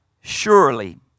Surely